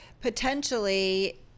potentially